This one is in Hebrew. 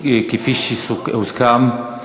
כפי שהוסכם.